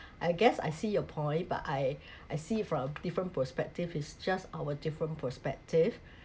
I guess I see your point but I I see it from a different perspective it's just our different perspective